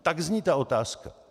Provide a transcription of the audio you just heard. Tak zní ta otázka.